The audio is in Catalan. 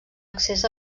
accés